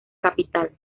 capital